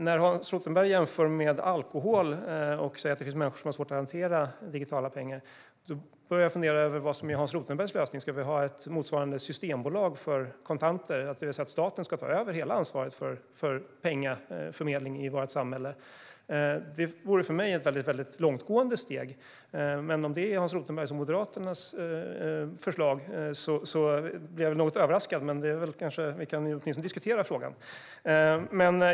När Hans Rothenberg jämför med alkohol och säger att det finns människor som har svårt att hantera digitala pengar börjar jag fundera över vad som är hans lösning. Ska vi ha ett motsvarande systembolag för kontanter? Ska staten ta över hela ansvaret för pengaförmedling i vårt samhälle? Det vore för mig ett väldigt långtgående steg. Om det är Hans Rothenbergs och Moderaternas förslag blir jag något överraskad, men vi kan åtminstone diskutera frågan.